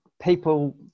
People